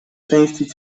części